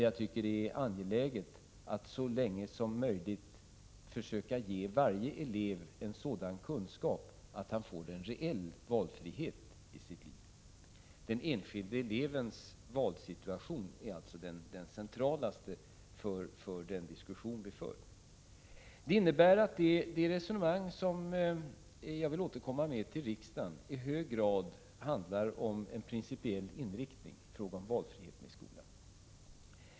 Jag tycker det är angeläget att så länge som möjligt försöka ge varje elev en sådan kunskap att han eller hon får en reell valfrihet i sitt liv. Den enskilde elevens valsituation är alltså den mest centrala för den diskussion vi för. Detta innebär att det resonemang som jag vill återkomma till riksdagen med i hög grad handlar om en principiell inriktning i fråga om valfriheten i skolan.